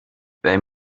they